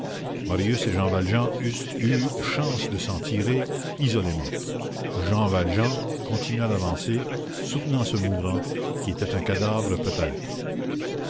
marius et jean valjean eussent eu chance de s'en tirer isolément jean valjean continua d'avancer soutenant ce mourant qui était un cadavre peut-être